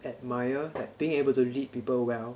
admire like being able to lead people well